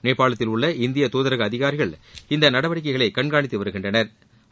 நேபாளத்தில் உள்ள இந்திய தூதரக அதிகாரிகள் இந்த நடவடிக்கைகளை கண்காணித்து வருகின்றனா்